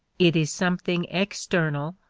it is something external,